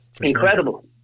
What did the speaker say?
incredible